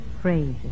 phrases